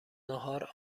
ناهار